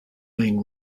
main